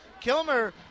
Kilmer